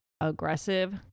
aggressive